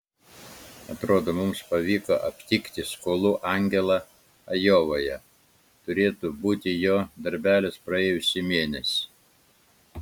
atrodo mums pavyko aptikti skolų angelą ajovoje turėtų būti jo darbelis praėjusį mėnesį